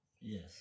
Yes